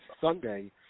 Sunday